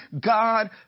God